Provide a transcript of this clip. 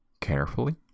carefully